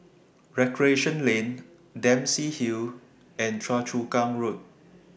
Recreation Lane Dempsey Hill and Choa Chu Kang Road